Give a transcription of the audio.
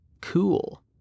cool